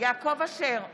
יעקב אשר,